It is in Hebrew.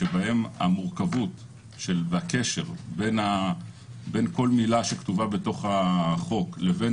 שבהם המורכבות והקשר בין כל מילה שכתובה בחוק לבין